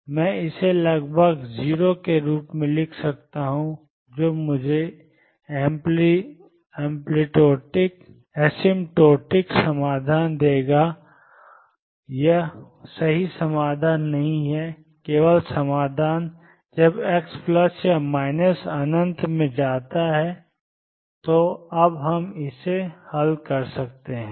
तो मैं इसे लगभग 0 के रूप में लिख सकता हूं जो मुझे एसिम्प्टोटिक समाधान देगा यह सही समाधान नहीं है केवल समाधान जब एक्स प्लस या माइनस अनंत में जाता है तो अब हम इसे हल करते हैं